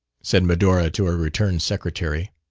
said medora, to her returned secretary,